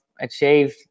achieved